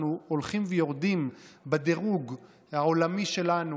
אנחנו הולכים ויורדים בדירוג העולמי שלנו